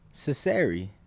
Cesare